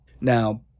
Now